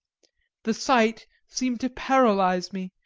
the sight seemed to paralyse me,